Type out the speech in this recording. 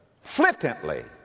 flippantly